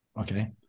Okay